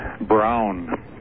Brown